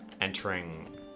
entering